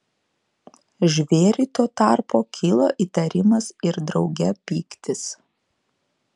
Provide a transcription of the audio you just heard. žvėriui tuo tarpu kilo įtarimas ir drauge pyktis